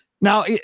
Now